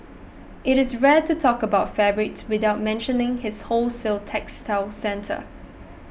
it is rare to talk about fabrics without mentioning his wholesale textile centre